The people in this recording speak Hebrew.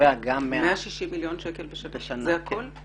זה הכול?